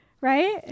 right